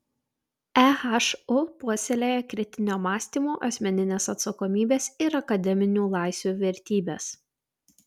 ehu puoselėja kritinio mąstymo asmeninės atsakomybės ir akademinių laisvių vertybes